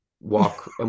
walk